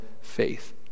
faith